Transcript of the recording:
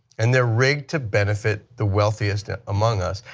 and they are rigged to benefit the wealthiest among us,